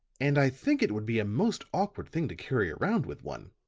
and i think it would be a most awkward thing to carry around with one.